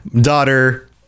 daughter